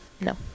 No